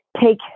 take